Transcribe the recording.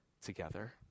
together